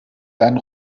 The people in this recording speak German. dann